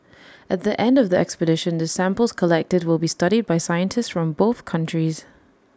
at the end of the expedition the samples collected will be studied by scientists from both countries